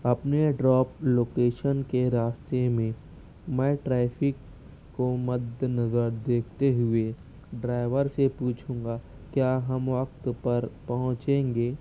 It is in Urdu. اپنے ڈراپ لوکیشن کے راستے میں میں ٹریفک کو مدنظر دیکھتے ہوئے ڈرائیور سے پوچھوں گا کیا ہم وقت پر پہنچیں گے